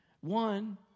One